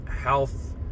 health